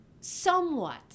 somewhat